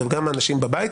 וגם האנשים בבית,